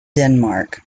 denmark